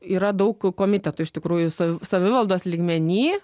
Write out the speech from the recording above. yra daug komitetų iš tikrųjų sa savivaldos lygmeny